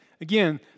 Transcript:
Again